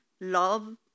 love